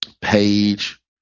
page